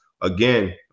again